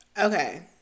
Okay